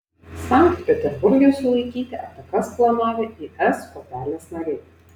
sankt peterburge sulaikyti atakas planavę is kuopelės nariai